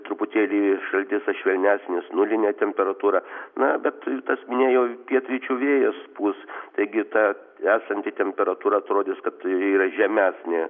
truputėlį šal tiesa švelnesnis nulinė temperatūra na bet tas minėjau pietryčių vėjas pūs taigi ta esanti temperatūra atrodys kad yra žemesnė